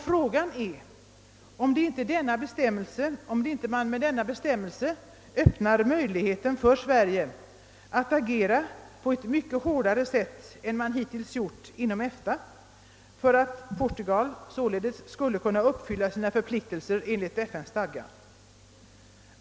Frågan är om man inte med denna bestämmelse öppnar möjligheten för Sverige att agera på ett mycket hårdare sätt än man hittills gjort inom EFTA för att Portugal skall uppfylla sina förpliktelser enligt FN-stadgan.